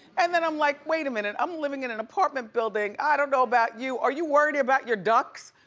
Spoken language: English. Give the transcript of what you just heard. and then i'm like, wait a minute, i'm living in an apartment building, i don't know about you, are you worried about your ducks?